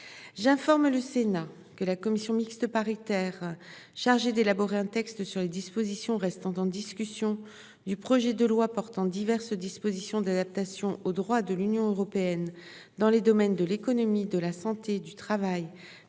J'informe le Sénat que la commission mixte paritaire chargée d'élaborer un texte sur les dispositions restant en discussion du projet de loi portant diverses dispositions d'adaptation au droit de l'Union européenne dans les domaines de l'économie de la santé, du travail